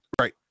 Right